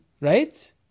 right